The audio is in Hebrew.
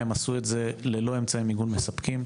הם עשו את זה ללא אמצעי מיגון מספקים.